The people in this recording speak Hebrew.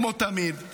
כמו תמיד,